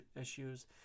issues